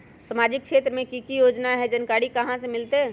सामाजिक क्षेत्र मे कि की योजना है जानकारी कहाँ से मिलतै?